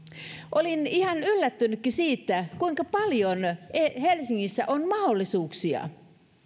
olin ihan yllättänytkin siitä kuinka paljon helsingissä on mahdollisuuksia